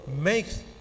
makes